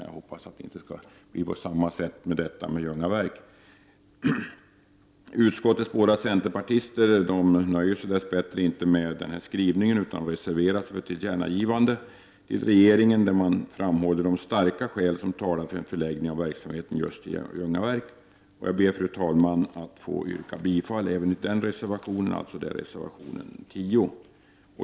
Jag hoppas att det inte blir på samma sätt med Ljungaverk. Utskottets båda centerpartister nöjer sig dess bättre inte med denna skrivning utan har reserverat sig för ett tillkännagivande till regeringen där man framhåller de starka skäl som talar för en förläggning av verksamheten just till Ljungaverk. Jag ber, fru talman, att få yrka bifall även till denna reservation, reservation nr 10.